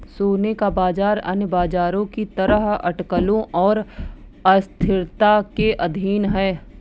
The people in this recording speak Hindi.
सोने का बाजार अन्य बाजारों की तरह अटकलों और अस्थिरता के अधीन है